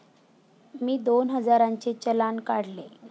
मी दोन हजारांचे चलान काढले